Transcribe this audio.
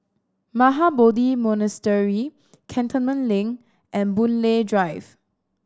Mahabodhi Monastery Cantonment Link and Boon Lay Drive